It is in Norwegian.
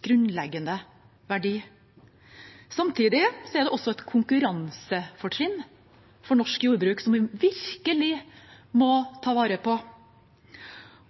grunnleggende verdi. Samtidig er det et konkurransefortrinn for norsk jordbruk som vi virkelig må ta vare på.